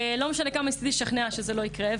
לא משנה כמה ניסיתי לשכנע שזה לא יקרה.